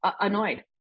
annoyed